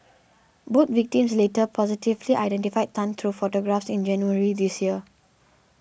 both victims later positively identified Tan through photographs in January this year